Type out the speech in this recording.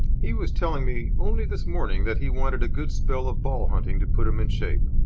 he was telling me only this morning that he wanted a good spell of ball-hunting to put him in shape.